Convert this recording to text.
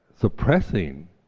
suppressing